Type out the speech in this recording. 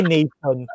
Nation